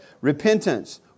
Repentance